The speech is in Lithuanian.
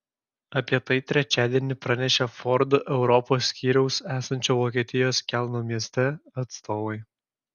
apie tai trečiadienį pranešė ford europos skyriaus esančio vokietijos kelno mieste atstovai